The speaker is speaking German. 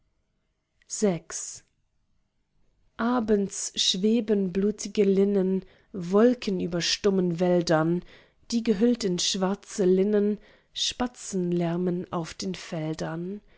abends schweben blutige linnen wolken über stummen wäldern die gehüllt in schwarze linnen spatzen lärmen auf den feldern